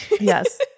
Yes